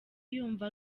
yumva